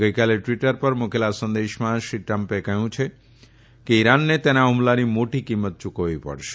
ગઇકાલે ટવીટર પર મુકેલા સંદેશામાં શ્રી ટ્રમ્પે કહ્યું હતું કે ઇરાનને તેના હુમલાની મોટી કિંમત યુકવવી પડશે